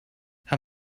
how